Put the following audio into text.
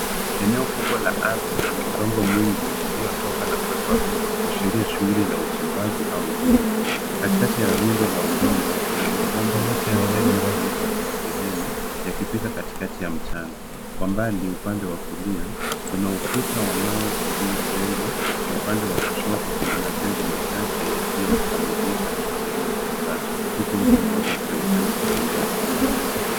Eneo kubwa la ardhi lanye udongo mwingi uliotoka na kuwekwa rundo kuashiria shughuli la uchimbaji au ujenzi. Katikati ya rundo la udongo kuna ma bomba machache yaliyofunikwa kwa sehemu yakipita katikati ya mchanga. Kwa mbali upande wa kulia kuna ukuta wa mawe uliojengwa na upande wa kushoto kuna majengo machache yasiyo kamilika au yaliyochakaa huku mtu mmoja akionekana akitembea kwa umbali.